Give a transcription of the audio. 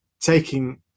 taking